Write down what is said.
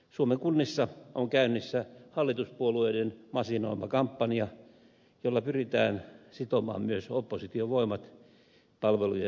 suomen kunnissa on käynnissä hallituspuolueiden masinoima kampanja jolla pyritään sitomaan myös oppositiovoimat palvelujen leikkauksiin